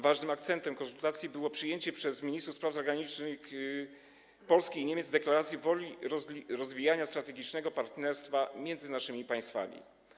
Ważnym akcentem konsultacji było przyjęcie przez ministrów spraw zagranicznych Polski i Niemiec deklaracji woli rozwijania strategicznego partnerstwa między naszymi państwami.